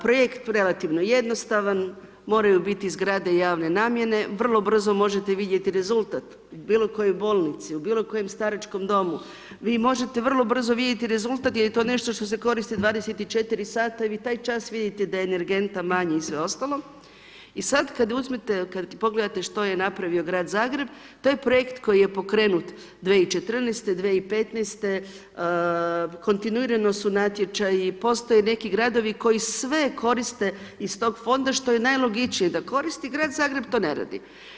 Projekt relativno jednostavan, moraju biti zgrade javne namjene, vrlo brzo možete vidjeti rezultat, u bilo kojoj bolnici, u bilo kojem staračkom domu, vi možete vrlo brzo vidjeti rezultat jer je to nešto što se koristi 24 sata i vi taj čas vidite da je energenta manje i sve ostalo, i sad kad uzmete, kad pogledate što je napravio Grad Zagreb, taj projekt koji je pokrenut 2014., 2015., kontinuirano su natječaji, postoje neki gradovi koji sve koriste iz tog Fonda što je najlogičnije, da koristi Grad Zagreb to ne radi.